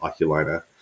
oculina